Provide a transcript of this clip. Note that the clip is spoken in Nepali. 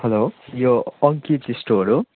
हेलो यो अङ्कित स्टोर हो